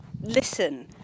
listen